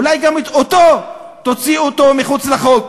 אולי גם אותו תוציאו מחוץ לחוק.